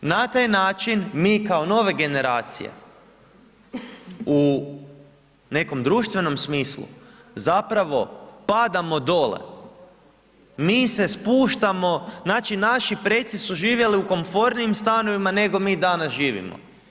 Na taj način, mi kao nove generacije, u nekom društvenom smislu, zapravo padamo dole, mi se spuštamo, znači naši preci su živjeli u komfornijim stanovima, nego mi danas živimo.